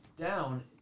down